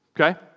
Okay